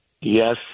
Yes